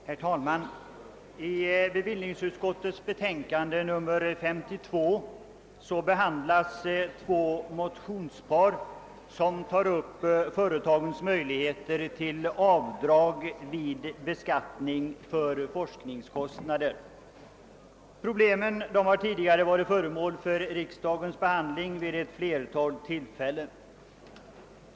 Herr talman! I bevillningsutskottets betänkande nr 52 behandlas två mo tionspar, i vilka företagens möjligheter till avdrag vid beskattningen för forskningskostnader tas upp. Dessa problem har tidigare varit föremål för riksdagens behandling vid ett flertal tillfällen.